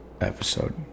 episode